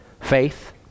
faith